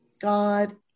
god